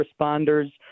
responders